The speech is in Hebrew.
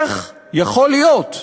איך יכול להיות?